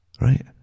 right